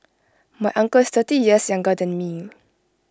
my uncle is thirty years younger than me